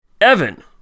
Evan